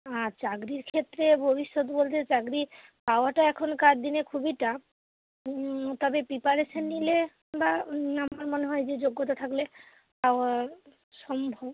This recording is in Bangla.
আর চাকরির ক্ষেত্রে ভবিষ্যৎ বলতে চাকরি পাওয়াটা এখনকার দিনে খুবই টাফ তবে প্রিপারেশান নিলে বা আমার মনে হয় যোগ্যতা থাকলে পাওয়া সম্ভব